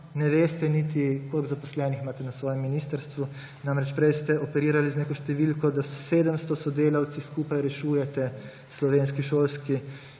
ne veste niti, koliko zaposlenih imate na svojem ministrstvu. Namreč, prej ste operirali z neko številko, da s 700 sodelavci skupaj rešujete slovenski šolski